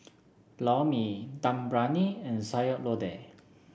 Lor Mee Dum Briyani and Sayur Lodeh